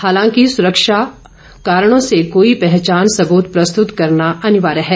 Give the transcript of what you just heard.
हालांकि सुरक्षा और संरक्षा कारणों से कोई पहचान सबूत प्रस्तुत करना अनिवार्य है